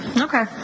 Okay